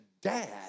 dad